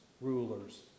rulers